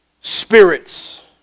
spirits